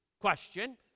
question